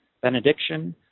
benediction